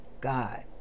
God